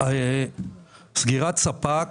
סגירת ספק